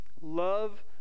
Love